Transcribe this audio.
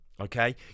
okay